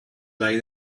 like